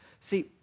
See